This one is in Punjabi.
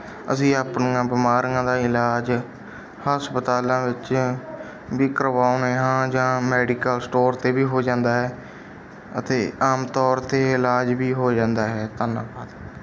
ਅਸੀਂ ਆਪਣੀਆਂ ਬਿਮਾਰੀਆਂ ਦਾ ਇਲਾਜ ਹਸਪਤਾਲਾਂ ਵਿੱਚ ਵੀ ਕਰਵਾਉਂਦੇ ਹਾਂ ਜਾਂ ਮੈਡੀਕਲ ਸਟੋਰ 'ਤੇ ਵੀ ਹੋ ਜਾਂਦਾ ਹੈ ਅਤੇ ਆਮ ਤੌਰ 'ਤੇ ਇਲਾਜ ਵੀ ਹੋ ਜਾਂਦਾ ਹੈ ਧੰਨਵਾਦ